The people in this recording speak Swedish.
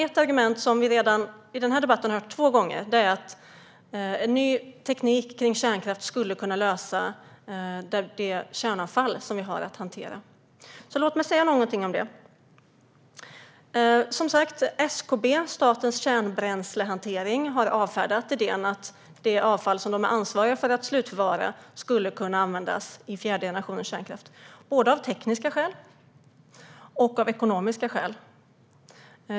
Ett argument som vi redan i den här debatten har hört två gånger är att ny teknik för kärnkraft skulle kunna lösa problemet med det kärnavfall som vi har att hantera. Låt mig säga någonting om det. SKB, Svensk Kärnbränslehantering, har avfärdat idén att det avfall som de är ansvariga för att slutförvara skulle kunna användas i fjärde generationens kärnkraft. Det är både av tekniska skäl och av ekonomiska skäl.